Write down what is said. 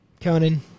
Conan